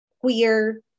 queer